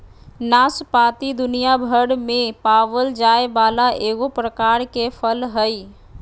नाशपाती दुनियाभर में पावल जाये वाला एगो प्रकार के फल हइ